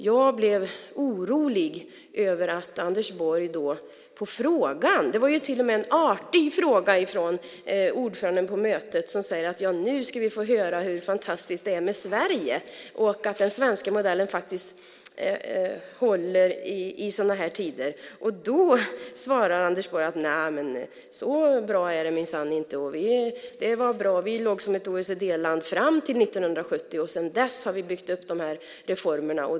Jag blev orolig över att Anders Borg på den artiga frågan från ordföranden på mötet som sade att nu ska vi få höra hur fantastiskt det är med Sverige och att den svenska modellen faktiskt håller i sådana här tider svarar att så bra är det minsann inte, utan vi låg som ett OECD-land fram till 1970, men sedan dess har vi byggt upp de här reformerna.